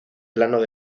plano